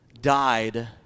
died